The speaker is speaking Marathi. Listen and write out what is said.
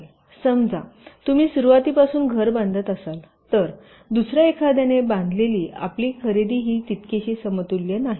समजा तुम्ही सुरवातीपासून घर बांधत असाल तर दुसर्या एखाद्याने बांधलेली आपली खरेदी ही तितकीशी समतुल्य नाही